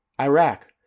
Iraq